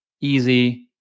easy